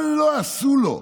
מה לא עשו לו?